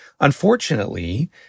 Unfortunately